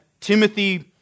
Timothy